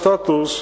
סטטוס,